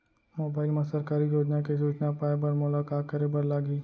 mobile मा सरकारी योजना के सूचना पाए बर मोला का करे बर लागही